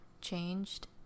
changed